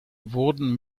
wurden